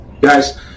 Guys